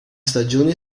stagione